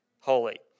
holy